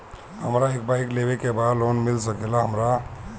हमरा एक बाइक लेवे के बा लोन मिल सकेला हमरा?